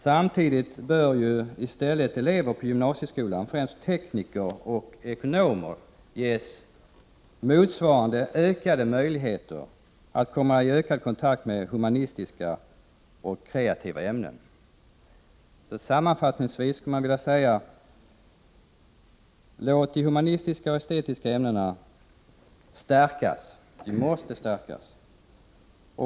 Samtidigt bör elever på gymnasieskolan, främst tekniker och ekonomer, ges motsvarande ökade möjligheter att komma i kontakt med humanistiska och kreativa ämnen. Sammanfattningvis skulle jag vilja säga: Låt de humanistiska och estetiska ämnena stärkas! De måste stärkas.